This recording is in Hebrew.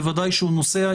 בוודאי כשהוא נוסע,